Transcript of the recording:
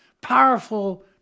powerful